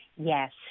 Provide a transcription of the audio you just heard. Yes